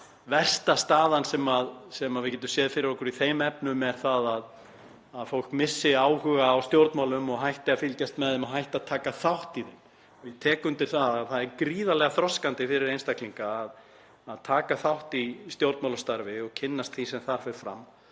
versta staðan sem við getum séð fyrir okkur í þeim efnum er að fólk missi áhuga á stjórnmálum og hætti að fylgjast með þeim og hætti að taka þátt í þeim. Ég tek undir að það er gríðarlega þroskandi fyrir einstaklinga að taka þátt í stjórnmálastarfi og kynnast því sem þar fer fram